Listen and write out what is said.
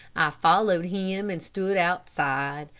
followed him and stood outside.